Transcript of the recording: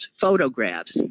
photographs